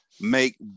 make